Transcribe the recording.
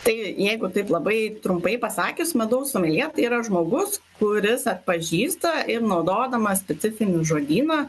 tai jeigu taip labai trumpai pasakius medaus someljė tai yra žmogus kuris atpažįsta ir naudodamas specifinį žodyną